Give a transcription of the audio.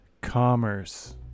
Commerce